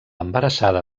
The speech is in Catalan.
embarassada